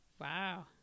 Wow